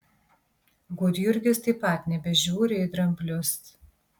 gudjurgis taip pat nebežiūri į dramblius